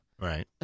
Right